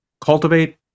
cultivate